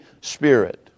Spirit